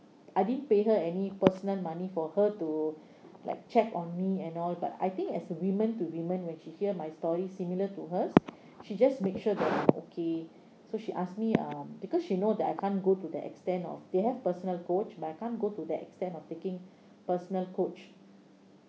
I didn't pay her any personal money for her to like check on me and all but I think as a women to women when she hear my stories similar to hers she just make sure that I am okay so she ask me uh because she know that I can't go to the extent of they have personal coach but I can't go to the extent of taking personal coach